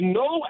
no